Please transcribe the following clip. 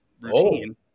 routine